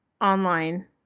online